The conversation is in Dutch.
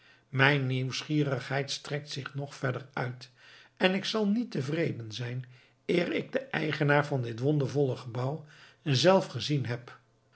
mijn nieuwsgierigheid strekt zich nog verder uit en ik zal niet tevreden zijn eer ik den eigenaar van dit wondervolle gebouw zelf gezien heb